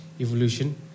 evolution